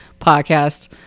podcast